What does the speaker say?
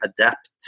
adapt